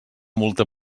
multa